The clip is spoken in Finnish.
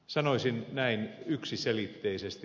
sanoisin näin yksiselitteisesti